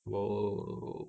!wow!